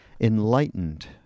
enlightened